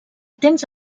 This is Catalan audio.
temps